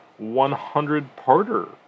100-parter